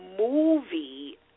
movie